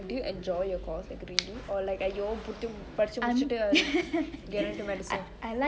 do you enjoy your course like really or like !aiyo! விட்டு படிச்சு முடிச்சுட்டு:vittu padichu mudichittu get into medicine